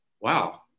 wow